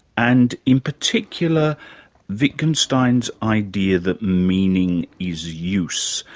and in particular wittgenstein's idea that meaning is use.